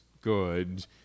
good